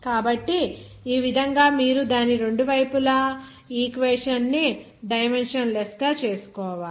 కాబట్టి ఈ విధంగా మీరు దాని రెండు వైపులా ఈక్వేషన్ ని డైమెన్షన్ లెస్ గా చేసుకోవాలి